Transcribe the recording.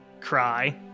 cry